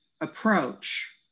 approach